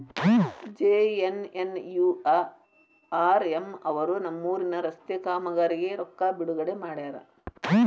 JNNURM ಅವರು ನಮ್ಮೂರಿನ ರಸ್ತೆ ಕಾಮಗಾರಿಗೆ ರೊಕ್ಕಾ ಬಿಡುಗಡೆ ಮಾಡ್ಯಾರ